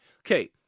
Okay